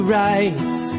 right